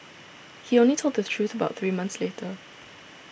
he only told the truth about three months later